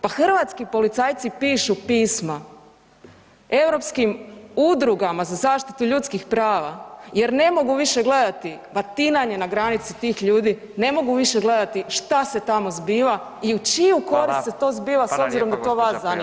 Pa hrvatski policajci pišu pisma europskim udrugama za zaštitu ljudskih prava jer ne mogu više gledati batinanje na granici tih ljudi, ne mogu više gledati što se tamo zbiva i u čiju korist se to zbiva s obzirom da to vas zanima.